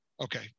Okay